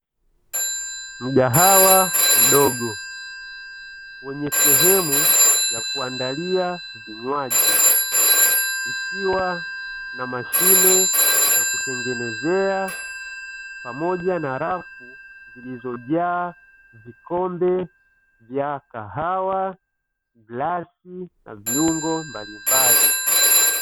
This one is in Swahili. Mughahawa mdogo wenye sehemu ya kuandalia vinywaji, ikiwa na mashine za kutengenezea pamoja na rafu zilizojaa vikombe vya kahawa, glasi na viungo mbalimbali.